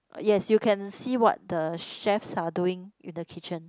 yes you can see what the chef are doing in the kitchen